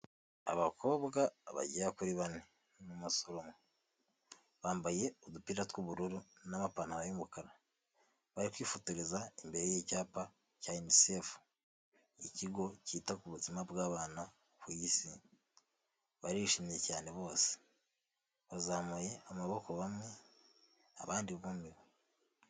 Abakobwa bagera kuri bane n'umasore umwe, bambaye udupira tw'ubururu n'amapantaro y'umukara, bari kwifotoreza imbere y'icyapa cya UNICEF, ikigo cyita ku buzima bw'abana ku isi, barishimye cyane bose, bazamuye amaboko bamwe, abandi bumiwe.